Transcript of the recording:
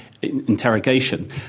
interrogation